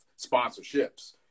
sponsorships